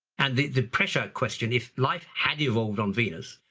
and the the pressure question if life had evolved on venus,